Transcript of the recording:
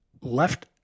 left